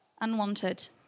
unwanted